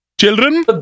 Children